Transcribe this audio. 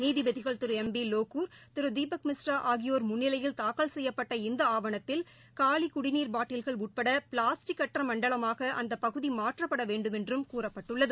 நீதிபதிகள் திரு M B Lokur திரு தீபக் குப்தா ஆகியோர் முன்னிலையில் தாக்கல் செய்யப்பட்ட இந்த ஆவணத்தில் காலி குடிநீர் பாட்டில்கள் உட்பட பிளாஸ்டிக் அற்ற மண்டலமாக அந்த பகுதி மாற்றப்பட வேண்டுமென்றும் கூறப்பட்டுள்ளது